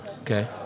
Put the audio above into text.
Okay